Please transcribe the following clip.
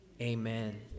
Amen